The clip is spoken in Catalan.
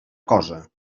cosa